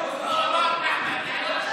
זה לא רק אחמד, זה כל הרשימה המשותפת.